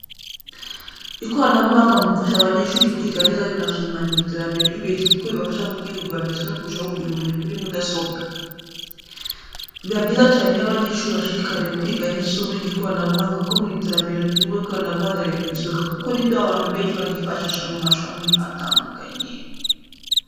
Ikoranabuhanga mu gufasha abanyeshuri kwiga neza binashimangira iterambere ry’uburezi kuko bibafasha mu kwihugura ndetse no kurushaho kugira ubumenyi kuri mudasobwa. Biba byiza cyane iyo abanyeshuri bashishikariye kwiga neza isomo ry'ikoranabuhanga kuko mu iterambere turimo ikoranabuhanga riri ku isonga kuko ni byo abantu benshi baryifashisha mu mashami atandukanye.